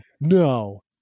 no